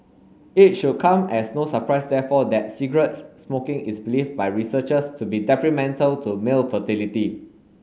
it should come as no surprise therefore that cigarette smoking is believed by researchers to be detrimental to male fertility